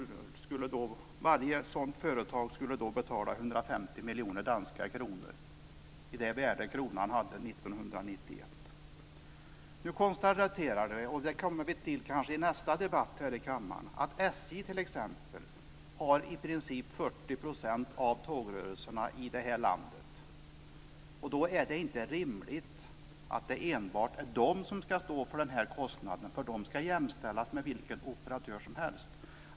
Varje företag skulle betala 150 miljoner danska kronor i det värde kronan hade år 1991. Det konstateras nu - vilket vi kanske kommer till i nästa debatt här i kammaren - att t.ex. SJ i princip har 40 % av tågrörelserna i landet. Det är då inte rimligt att det enbart är SJ som ska stå för kostnaden. Det ska jämställas med vilken operatör som helst.